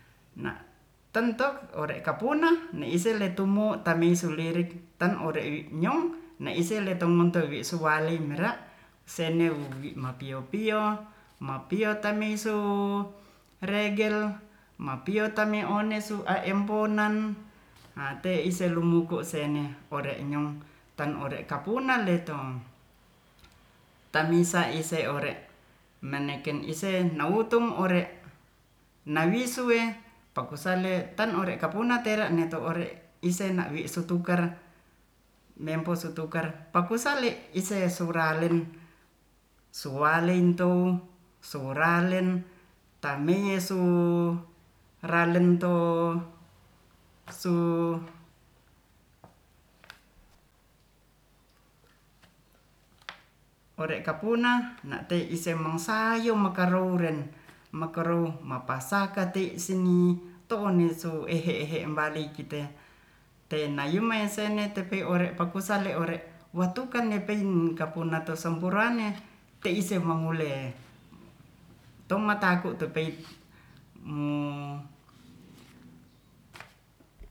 Na' tentok ore kapuna ne'ise letumo tamisulirik tan ore'i nyong na'ise letumotowisuwaling merak senowuwi mapiopio mapio tameisu regel mapio tami one suamemponan a te ise lumuku seneh ore'nyong tan ore'kapuna letong tamisa ise ore' meneken isen nautung ore' nawisuwe pakusale'tan ore kapunatere neto ore' ese na'wi sutukar mempo sutukar pakusali ise sularen suwaleintou suralen tamisuralen tou su ore'kapuna na'tei ise mongsaimakarouren makarou mapasakati si'ni to'ni su ehehe mbalikite te'nayumaisene tepi ore pakusale ore' watukan nepein kapunato sompurane te'ise mangule tom mataku tupeit